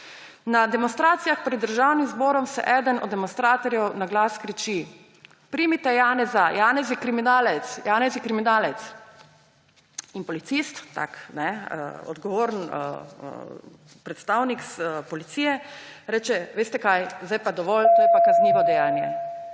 Na demonstracijah pred Državnim zborom eden od demonstrantov na glas kriči: »Primite Janeza, Janez je kriminalec!« In policist, odgovoren predstavnik policije, reče: »Veste kaj? Zdaj je pa dovolj, to je pa kaznivo dejanje.«